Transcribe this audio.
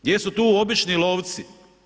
Gdje su tu obični lovci?